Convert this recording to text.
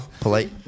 polite